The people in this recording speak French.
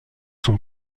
sont